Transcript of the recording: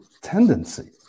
tendency